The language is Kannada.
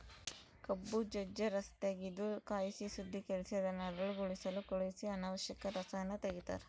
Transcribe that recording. ಕಬ್ಬು ಜಜ್ಜ ರಸತೆಗೆದು ಕಾಯಿಸಿ ಶುದ್ದೀಕರಿಸಿ ಅದನ್ನು ಹರಳುಗೊಳಿಸಲು ಕಳಿಹಿಸಿ ಅನಾವಶ್ಯಕ ರಸಾಯನ ತೆಗಿತಾರ